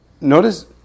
notice